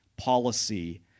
policy